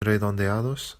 redondeados